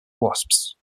wasps